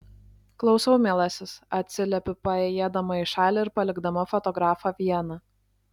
klausau mielasis atsiliepiu paėjėdama į šalį ir palikdama fotografą vieną